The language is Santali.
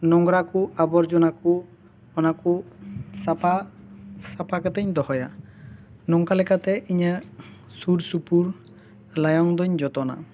ᱱᱚᱜᱽᱨᱟ ᱠᱚ ᱟᱵᱚᱨᱡᱚᱱᱟ ᱠᱚ ᱚᱱᱟ ᱠᱩ ᱥᱟᱯᱷᱟ ᱥᱟᱯᱷᱟ ᱠᱟᱛᱮᱜ ᱤᱧ ᱫᱚᱦᱚᱭᱟ ᱱᱚᱝᱠᱟ ᱞᱮᱠᱟᱛᱮ ᱤᱧᱟᱹᱜ ᱥᱩᱨ ᱥᱩᱯᱩᱨ ᱞᱟᱭᱚᱝ ᱫᱚᱧ ᱡᱚᱛᱚᱱᱟ